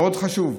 מאוד חשוב,